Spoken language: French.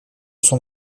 sont